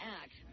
act